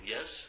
Yes